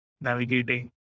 navigating